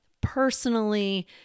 personally